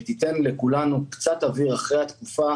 שתיתן לכולנו קצת אוויר אחרי התקופה